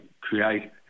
create